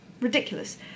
ridiculous